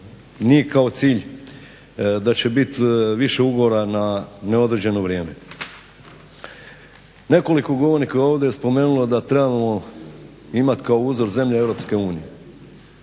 nije kao cilj da će bit više ugovora na neodređeno vrijeme. Nekoliko govornika ovdje je spomenulo da trebamo imat kao uzor zemlje EU. Ovdje